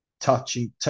touching